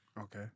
Okay